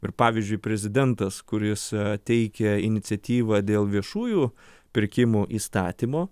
ir pavyzdžiui prezidentas kuris teikia iniciatyvą dėl viešųjų pirkimų įstatymo